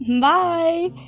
Bye